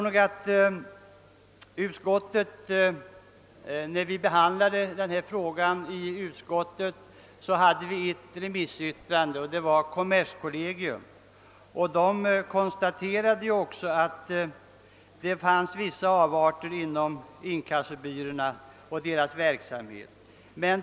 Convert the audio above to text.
När vi behandlade frågan i utskottet tog vi bl.a. del av ett remissyttrande från kommerskollegium vari konstate ras att det finns vissa avarter inom inkassobyråverksamheten.